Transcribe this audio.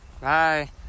bye